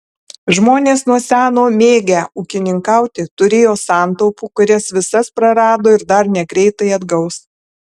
žmonės nuo seno mėgę ūkininkauti turėjo santaupų kurias visas prarado ir dar negreitai atgaus